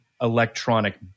electronic